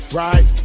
right